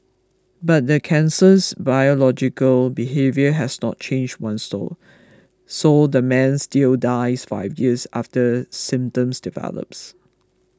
but the cancer's biological behaviour has not changed one sore so the man still dies five years after symptoms develops